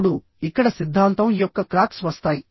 ఇప్పుడు ఇక్కడ సిద్ధాంతం యొక్క క్రాక్స్ వస్తాయి